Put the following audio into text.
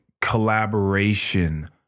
collaboration